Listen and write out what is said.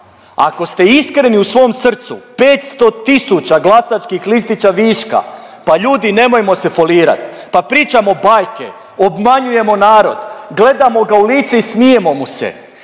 ako ste iskreni u svom srcu 500 tisuća glasačkih listića viška. Pa ljudi nemojmo se folirat! Pa pričamo bajke, obmanjujemo narod, gledamo ga u lice i smijemo mu se